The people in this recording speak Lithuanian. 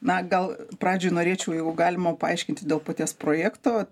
na gal pradžioj norėčiau jeigu galima paaiškinti dėl paties projekto